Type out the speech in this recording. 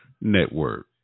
Network